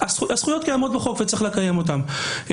הזכויות קיימות בחוק וצריך לקיים אותן.